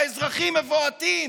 האזרחים מבועתים,